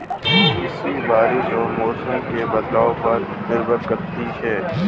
कृषि बारिश और मौसम के बदलाव पर निर्भर करती है